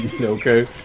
Okay